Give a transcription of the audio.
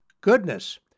Goodness